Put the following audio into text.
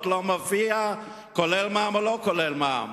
לא מופיע אם זה כולל מע"מ או לא כולל מע"מ.